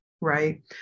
right